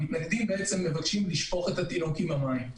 המתנגדים מבקשים לשפוך את התינוק עם המים.